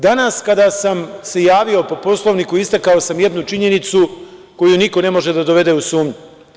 Danas, kada sam se javio po Poslovniku, istakao sam jednu činjenicu koju niko ne može da dovede u sumnju.